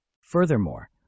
Furthermore